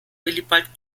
willibald